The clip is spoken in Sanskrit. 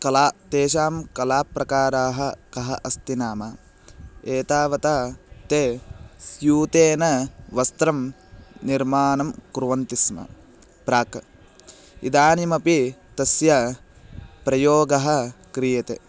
कला तेषां कलाप्रकाराः कः अस्ति नाम एतावता ते स्यूतेन वस्त्रं निर्माणं कुर्वन्ति स्म प्राक् इदानीमपि तस्य प्रयोगः क्रियते